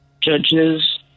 Judges